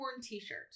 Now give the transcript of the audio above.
t-shirt